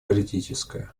политическая